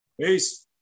Peace